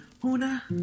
una